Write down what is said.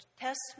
test